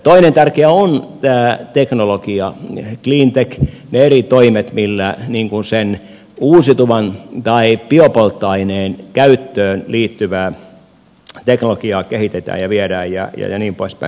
toinen tärkeä on tämä teknologia cleantech ne eri toimet millä sen uusiutuvan tai biopolttoaineen käyttöön liittyvää teknologiaa kehitetään ja viedään ja niin pois päin